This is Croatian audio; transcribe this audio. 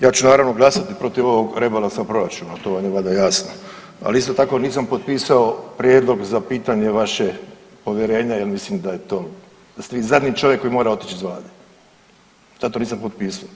Ja ću naravno glasati protiv ovog rebalansa proračuna, to vam je valjda jasno, ali isto tako nisam potpisao prijedlog za pitanje vašeg povjerenja jer mislim da je to da ste vi zadnji čovjek koji mora otići iz vlade, zato nisam potpisao.